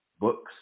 books